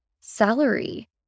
salary